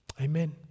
Amen